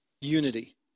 unity